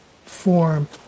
form